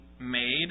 Made